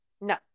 No